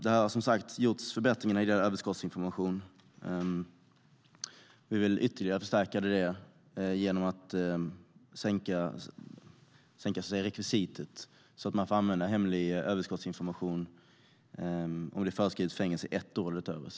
Det har som sagt var gjorts förbättringar när det gäller överskottsinformationen, men vi vill ytterligare förstärka det genom att sänka rekvisitet så att man får använda hemlig överskottsinformation om det är föreskrivet fängelse i ett år eller mer.